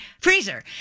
freezer